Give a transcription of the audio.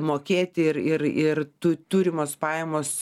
mokėti ir ir ir tu turimos pajamos